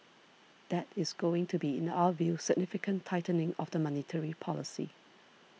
that is going to be in our view significant tightening of the monetary policy